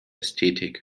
ästhetik